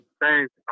Thanks